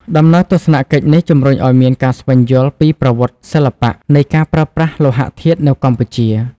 ដំណើរទស្សនកិច្ចនេះជំរុញឱ្យមានការស្វែងយល់ពី ប្រវត្តិសិល្បៈ នៃការប្រើប្រាស់លោហធាតុនៅកម្ពុជា។